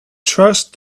trust